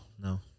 No